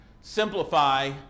simplify